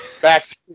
back